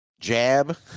jab